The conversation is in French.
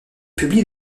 publie